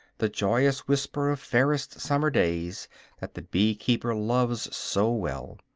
the joyous whisper of fairest summer days that the bee-keeper loves so well,